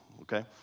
okay